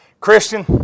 Christian